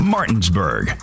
Martinsburg